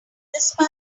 spy